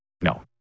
No